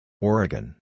Oregon